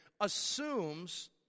assumes